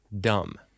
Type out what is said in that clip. dumb